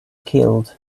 killed